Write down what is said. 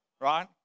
right